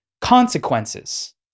consequences